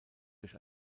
durch